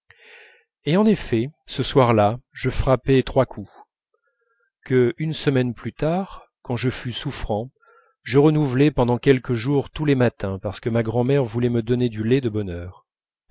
et en effet ce soir-là je frappai trois coups que une semaine plus tard quand je fus souffrant je renouvelai pendant quelques jours tous les matins parce que ma grand'mère voulait me donner du lait de bonne